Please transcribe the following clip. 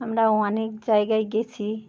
আমরাও অনেক জায়গায় গেছি